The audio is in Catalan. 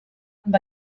amb